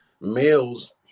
males